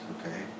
Okay